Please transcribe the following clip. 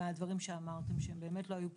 מהדברים שאמרתם, שהם באמת לא היו פשוטים.